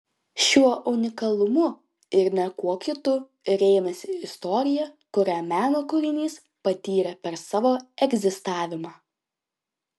šiuo unikalumu ir ne kuo kitu rėmėsi istorija kurią meno kūrinys patyrė per savo egzistavimą